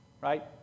right